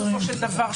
בסופו של דבר,